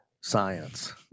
Science